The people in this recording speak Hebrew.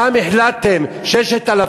שם החלטתם, רק 6,000